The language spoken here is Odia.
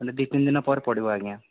ମାନେ ଦୁଇ ତିନି ଦିନ ପରେ ପଡ଼ିବ ଆଜ୍ଞା